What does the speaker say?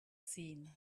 seen